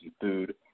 food